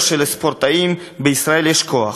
הראינו שלספורטאים בישראל יש כוח,